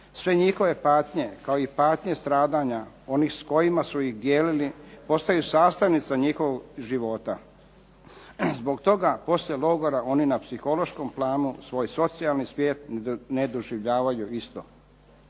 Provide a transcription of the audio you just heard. Sve njihove patnje kao i patnje stradanja onih s kojima su ih dijelili postaju sastavnica njihovog života. Zbog toga poslije logora oni na psihološkom planu svoj socijalni svijet ne doživljavaju isto.